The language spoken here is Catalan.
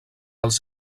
els